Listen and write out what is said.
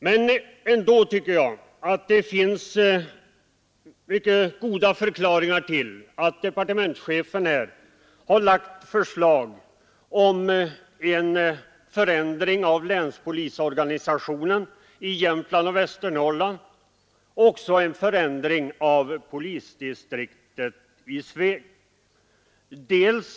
Men ändå tycker jag att det finns mycket goda förklaringar till att departementschefen har lagt fram förslag om en förändring i länspolisorganisationen i Jämtland och Västernorrland och om en förändring av polisdistriktet i Sveg.